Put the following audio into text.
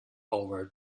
over